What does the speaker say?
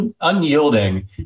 unyielding